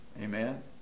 Amen